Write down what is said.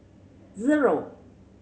zero